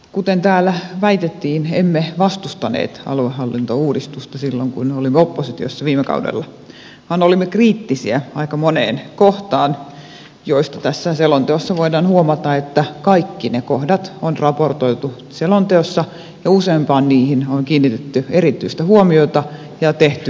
kuten täällä väitettiin emme vastustaneet aluehallintouudistusta silloin kun me olimme oppositiossa viime kaudella vaan olimme kriittisiä aika moneen kohtaan joista tässä selonteossa voidaan huomata että kaikki ne kohdat on raportoitu selonteossa ja niistä useimpaan on kiinnitetty erityistä huomiota ja tehty muutosesityksiä